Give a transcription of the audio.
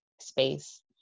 space